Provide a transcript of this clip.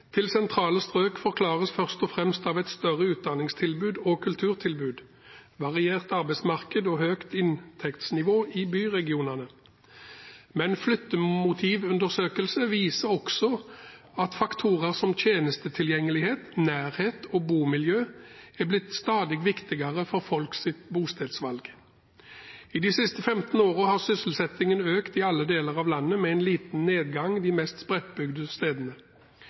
til sentrale strøk forklares først og fremst av et større utdannings- og kulturtilbud, variert arbeidsmarked og høyt inntektsnivå i byregionene, men flyttemotivundersøkelser viser også at faktorer som tjenestetilgjengelighet, nærhet og bomiljø er blitt stadig viktigere for folks bostedsvalg. De siste 15 årene har sysselsettingen økt i alle deler av landet, med en liten nedgang i de mest spredtbygde stedene.